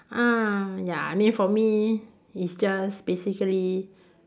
ah ya I mean for me it's just basically